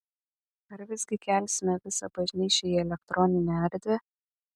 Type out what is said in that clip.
ar visgi kelsime visą bažnyčią į elektroninę erdvę